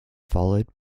followed